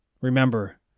remember